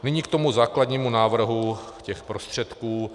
Nyní k tomu základnímu návrhu těch prostředků.